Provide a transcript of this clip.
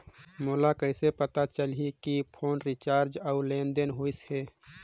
मोला कइसे पता चलही की फोन रिचार्ज और लेनदेन होइस हे?